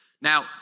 Now